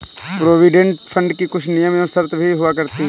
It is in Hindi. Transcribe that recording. प्रोविडेंट फंड की कुछ नियम एवं शर्तें भी हुआ करती हैं